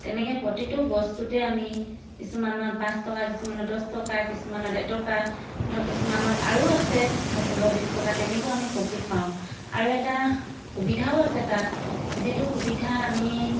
তেনেকৈ প্ৰতিটো বস্তুতেই আমি কিছুমানত পাঁচ টকা কিছুমানত দহ টকা কিছুমানত এটকা ধৰক কিছুমানত আৰু আছে ধৰক পোন্ধৰ বিছ টকা তেনেকৈও আমি প্ৰফিট পাওঁ আৰু এটা সুবিধাও আছে তাত যিটো সুবিধা আমি